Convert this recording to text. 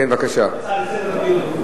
הצעה לסדר דיון מהיר.